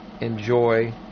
enjoy